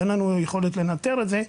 אין לנו יכולת לנתר את זה,